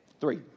three